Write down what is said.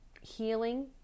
healing